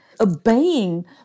obeying